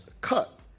cut